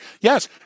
Yes